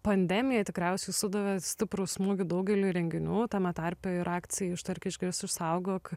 pandemija tikriausiai sudavė stiprų smūgį daugeliui renginių tame tarpe ir akcijai ištark išgirsk išsaugok